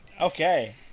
Okay